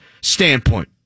standpoint